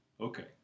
Okay